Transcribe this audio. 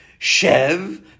Shev